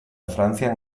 frantzian